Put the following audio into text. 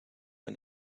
and